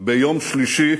ביום שלישי,